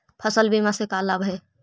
फसल बीमा से का लाभ है?